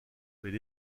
mais